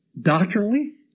Doctrinally